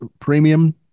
premium